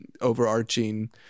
overarching